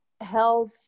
health